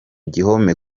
gihome